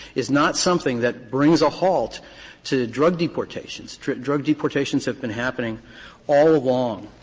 is not something that brings a halt to drug deportations. drug deportations have been happening all along